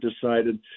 decided